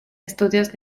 estudios